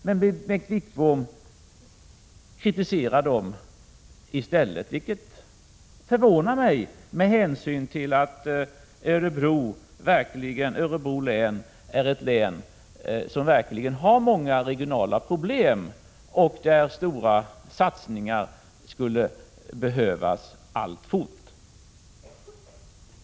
Bengt Wittbom kritiserar dem i stället, vilket förvånar mig, med hänsyn till att Örebro län verkligen är ett län som har många regionala problem och där stora satsningar skulle behövas alltfort.